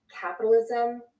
capitalism